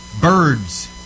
Birds